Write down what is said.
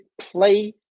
play